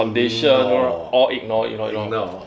ignore ignore